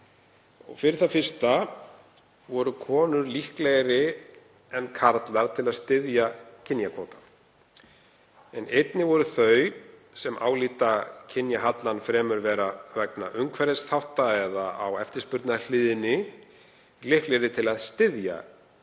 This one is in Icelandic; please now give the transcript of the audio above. Fyrir það fyrsta voru konur líklegri en karlar til að styðja kynjakvóta. Einnig voru þau sem álitu kynjahallann fremur vera vegna umhverfisþátta eða á eftirspurnarhliðinni líklegri til að styðja kynjakvóta.